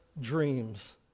dreams